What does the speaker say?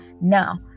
Now